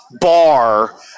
bar